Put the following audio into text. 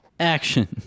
Action